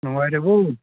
ꯅꯨꯡꯉꯥꯏꯔꯤꯕꯣ